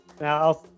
Now